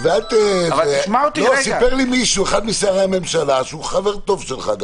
סיפר לי אחד משרי הממשלה, שהוא חבר טוב שלך,